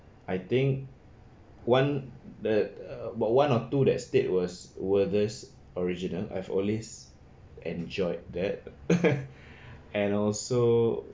I think one the about one or two that stayed was werther's original I've always enjoyed that and also